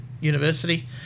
university